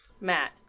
matt